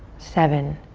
seven,